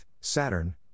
Saturn